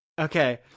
Okay